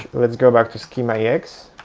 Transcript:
let's go back to schema ex,